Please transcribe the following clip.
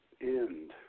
end